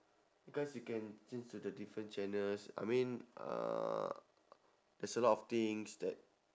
because you can change to the different channels I mean uh there's a lot things that